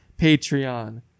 patreon